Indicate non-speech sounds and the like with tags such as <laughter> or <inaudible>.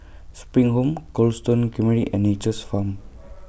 SPRING Home <noise> Cold Stone Creamery and Nature's Farm